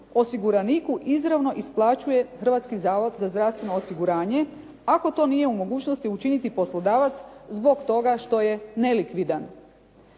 osiguraniku izravno isplaćuje Hrvatski zavod za zdravstveno osiguranje, ako to nije u mogućnosti učiniti poslodavac zbog toga što je nelikvidan.